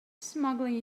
smuggling